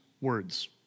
words